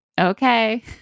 okay